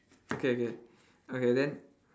okay okay okay then